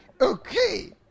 okay